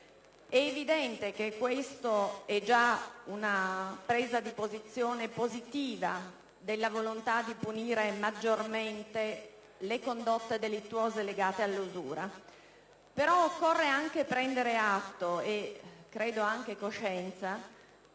È evidente che questo è già una presa di posizione positiva, che manifesta la volontà di punire maggiormente le condotte delittuose legate all'usura. Però occorre prendere atto - e credo anche coscienza